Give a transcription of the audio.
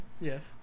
Yes